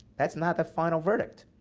that's not the final verdict.